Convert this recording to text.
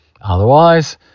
otherwise